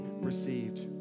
received